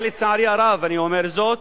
אבל לצערי הרב, אני אומר זאת,